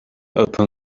upon